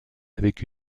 avec